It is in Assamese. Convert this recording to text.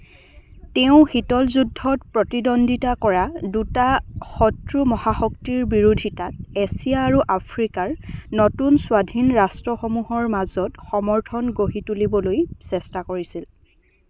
তেওঁ শীতল যুদ্ধত প্ৰতিদ্বন্দ্বিতা কৰা দুটা শত্ৰু মহাশক্তিৰ বিৰোধিতাত এছিয়া আৰু আফ্ৰিকাৰ নতুন স্বাধীন ৰাষ্ট্ৰসমূহৰ মাজত সমৰ্থন গঢ়ি তুলিবলৈ চেষ্টা কৰিছিল